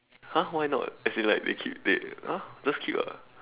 !huh! why not as in like they keep they !huh! just keep ah